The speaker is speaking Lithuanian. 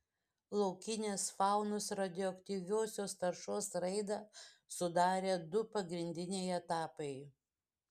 laukinės faunos radioaktyviosios taršos raidą sudarė du pagrindiniai etapai